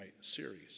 series